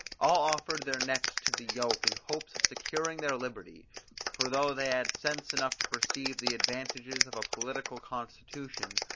all offered their necks to the yoke in hopes of securing their liberty for though they had sense enough to perceive the advantages of a political constitution,